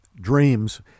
Dreams